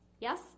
yes